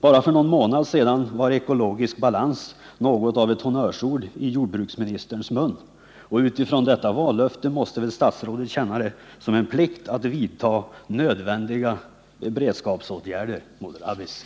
Bara för någon månad sedan var ”ekologisk balans” något av ett honnörsord i jordbruksministerns mun. Utifrån detta vallöfte måste väl statsrådet känna det som en plikt att vidta nödvändiga beredskapsåtgärder mot rabies.